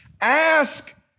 Ask